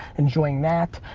enjoying that.